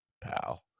pal